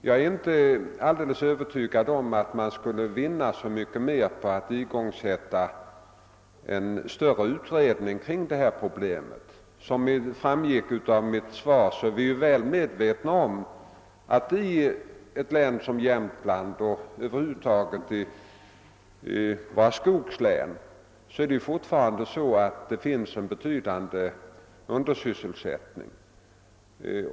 Jag är inte alldeles övertygad om att man skulle vinna så mycket mer på att igångsätta en större utredning om detta problem. Såsom framgick av mitt svar, är vi väl medvetna om att det i Jämtlands län och över huvud taget i skogslänen fortfarande finns en betydande undersysselsättning.